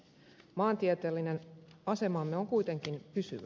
maantieteellinen asemamme on kuitenkin pysyvä